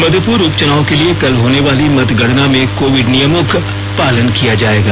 मधुपुर उप चुनाव के लिए कल होने वाली मतगणना में कोविड नियमों का पालन किया जाएगा